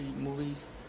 movies